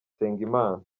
nsengimana